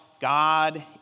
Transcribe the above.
God